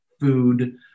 food